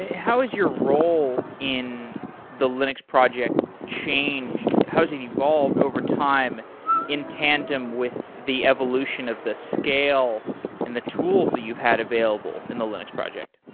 how is your role in the linux project changed? how has it evolved overtime in tandem with the evolution of the scale and the tools that you've had available in the linux project?